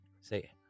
Say